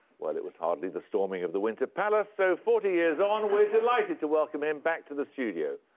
well, it was hardly the storming of the winter palace, so forty years on, we're delighted to welcome him back to the studio!